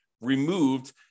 removed